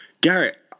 Garrett